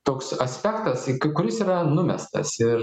toks aspektas kuris yra numestas ir